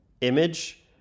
image